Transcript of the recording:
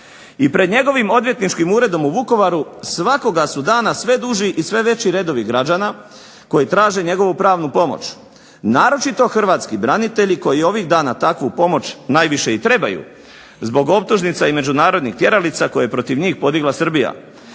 I pred njegovim odvjetničkim uredom u Vukovaru svakoga su dana sve duži i sve veći redovi građana, koji traže njegovu pravnu pomoć, naročito hrvatski branitelji koji ovih dana takvu pomoć najviše i trebaju, zbog optužnica i međunarodnih tjeralica koje je protiv njih podigla Srbija.